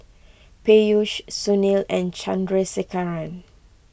Peyush Sunil and Chandrasekaran